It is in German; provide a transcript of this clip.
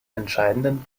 entscheidenden